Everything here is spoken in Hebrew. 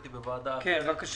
הייתי בוועדה אחרת.